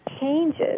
changes